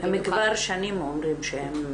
כבר שנים הם אומרים שהם